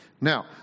Now